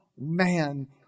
man